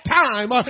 time